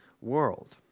world